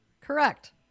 Correct